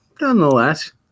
nonetheless